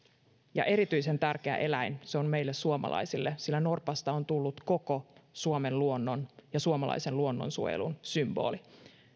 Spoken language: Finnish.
ja erityisen tärkeä eläin se on meille suomalaisille sillä norpasta on tullut koko suomen luonnon ja suomalaisen luonnonsuojelun symboli